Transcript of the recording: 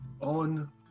On